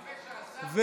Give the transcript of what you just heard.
הפה שאסר הוא הפה שהתיר.